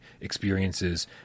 experiences